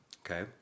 Okay